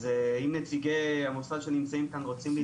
אז אם נציגי המוסד שנמצאים כאן רוצים להתייחס